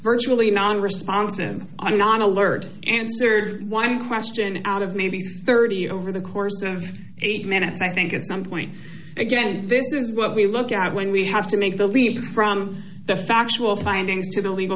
virtually non responsive i'm not alert answered one question out of maybe thirty over the course of eight minutes i think at some point again this is what we look at when we have to make the leap from the factual findings to the legal